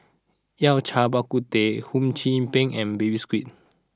Yao Cai Bak Kut Teh Hum Chim Peng and Baby Squid